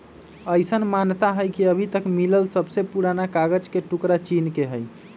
अईसन मानता हई कि अभी तक मिलल सबसे पुरान कागज के टुकरा चीन के हई